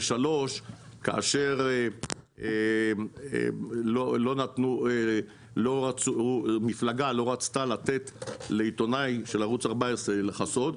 3. כאשר מפלגה לא רצתה לתת לעיתונאי של ערוץ 14 לסקור,